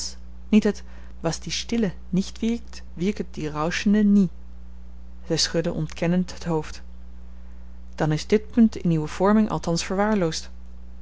niet het was die stille nicht wirkt wirket die rauschende nie zij schudde ontkennend het hoofd dan is dit punt in uwe vorming althans verwaarloosd